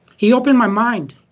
he opened my mind.